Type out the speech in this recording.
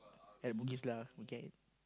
at bugis lah we can eat